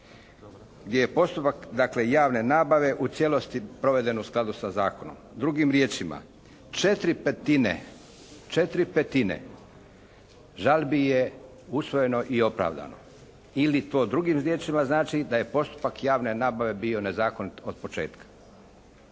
gdje je postupak dakle javne nabave u cijelosti proveden u skladu sa zakonom. Drugim riječima, četiri petine žalbi je usvojeno i opravdano ili to drugim riječima znači da je postupak javne nabave bio nezakonit od početka.